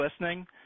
listening